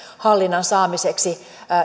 hallinnan saamiseksi